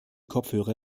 kopfhörer